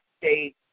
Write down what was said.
state